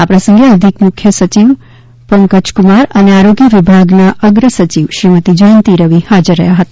આ પ્રસંગે અધિક મુખ્ય સચિવ પંકજકુમાર અને આરોગ્ય વિભાગના અગ્રસચિવ શ્રીમતી જયંતી રવિ હાજર રહ્યા હતા